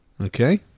Okay